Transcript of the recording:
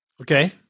Okay